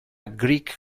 greek